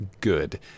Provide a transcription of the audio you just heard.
good